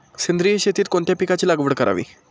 सेंद्रिय शेतीत कोणत्या पिकाची लागवड करावी?